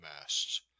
masts